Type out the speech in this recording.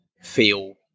feel